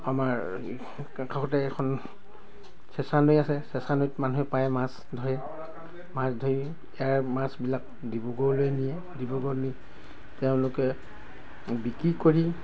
আমাৰ কাষতে এখন চেঁচা নৈ আছে চেঁচা নৈত মানুহে প্ৰায়ে মাছ ধৰে মাছ ধৰি ইয়াৰ মাছবিলাক ডিব্ৰুগড়লৈ নিয়ে ডিব্ৰুগড়লৈ নি তেওঁলোকে বিক্ৰী কৰি